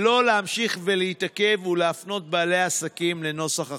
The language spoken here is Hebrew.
ולא להמשיך ולהתעכב ולהפנות בעלי עסקים לנוסח החוק.